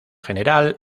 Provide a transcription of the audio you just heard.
general